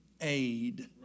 aid